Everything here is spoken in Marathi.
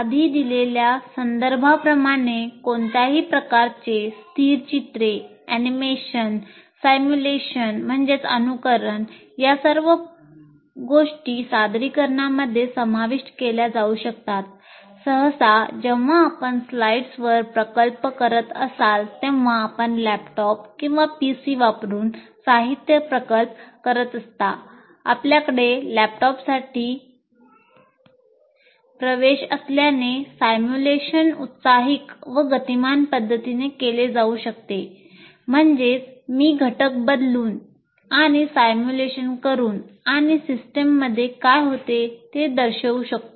आधी दिलेल्या संदर्भाप्रमाणे कोणत्याही प्रकारचे स्थिर चित्रे अॅनिमेशन काय होते ते दर्शवू शकतो